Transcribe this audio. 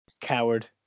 coward